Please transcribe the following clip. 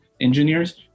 engineers